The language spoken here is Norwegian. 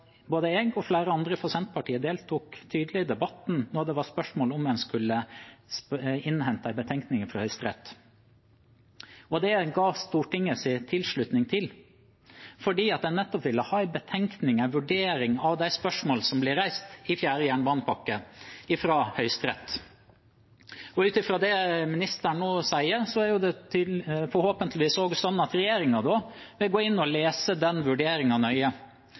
Både jeg og flere andre fra Senterpartiet deltok tydelig i debatten da det var spørsmål om en skulle innhente en betenkning fra Høyesterett. Det ga Stortinget sin tilslutning til, fordi en nettopp ville ha en betenkning, en vurdering av de spørsmål som ble reist i fjerde jernbanepakke, fra Høyesterett. Ut fra det ministeren nå sier, er det forhåpentligvis også sånn at regjeringen vil gå inn og lese den vurderingen nøye,